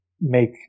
make